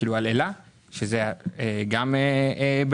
הוא גם מדבר על אלה שגם הוא בעבודה.